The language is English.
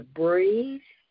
breathe